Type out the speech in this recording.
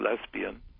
lesbian